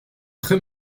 très